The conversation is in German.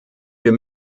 wir